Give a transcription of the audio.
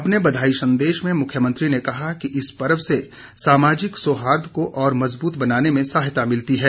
अपने बधाई संदेश में मुख्यमंत्री ने कहा की इस पर्व से सामाजिक सौहार्द को और मजबूत बनाने में सहायता मिलती है